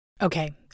Okay